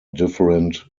different